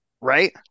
right